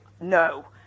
no